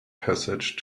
passage